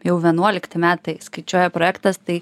jau vienuolikti metai skaičiuoja projektas tai